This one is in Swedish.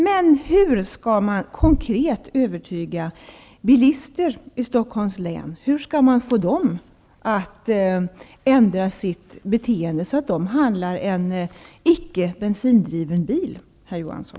Men hur skall man få bilister i Stockholms län att ändra sitt beteende så, att de köper en icke bensindriven bil, herr Johansson?